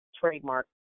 trademark